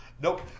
Nope